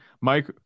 Mike